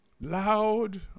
Loud